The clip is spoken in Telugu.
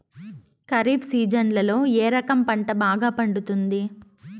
ఖరీఫ్ సీజన్లలో ఏ రకం పంట బాగా పండుతుంది